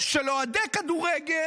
של אוהדי כדורגל